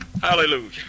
Hallelujah